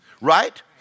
right